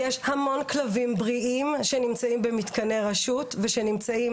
יש המון כלבים בריאים שנמצאים במתקני הרשות ושנמצאים